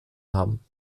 haben